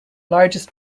largest